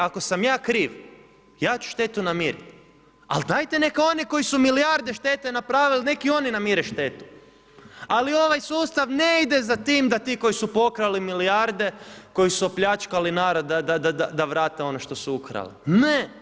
Ako sam ja kriv, ja ću štetu namiriti, ali dajte neka oni koji su milijarde štete napravili, nek' i oni namire štetu, ali ovaj sustav ne ide za tim da ti koji su pokrali milijarde, koji su opljačkali narod da vrate ono što su ukrali, ne.